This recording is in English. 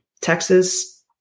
Texas